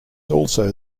also